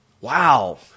wow